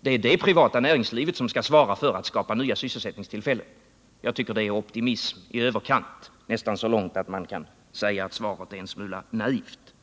Det är det privata näringslivet som skall svara för att nya sysselsättningstillfällen skapas. Jag tycker det är optimism i överkant, nästan så långt att man kan säga att svaret är en smula naivt.